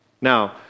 Now